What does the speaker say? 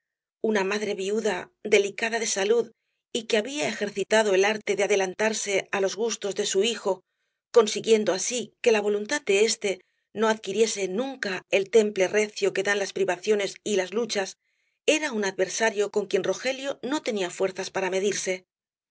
una madre viuda delicada de salud y que había ejercitado el arte de adelantarse á los gustos de su hijo consiguiendo así que la voluntad de éste no adquiriese nunca el temple recio que dan las privaciones y las luchas era un adversario con quien rogelio no tenía fuerzas para medirse si